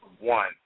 One